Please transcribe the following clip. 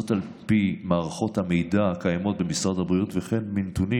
על פי מערכות המידע הקיימות המשרד הבריאות וכן מנתונים